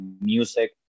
music